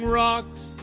rocks